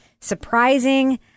surprising